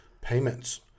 payments